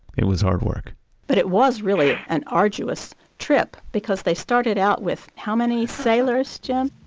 it was hard work but it was really an arduous trip because they started out with how many sailors, jim?